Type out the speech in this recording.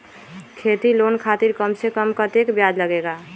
खेती लोन खातीर कम से कम कतेक ब्याज लगेला?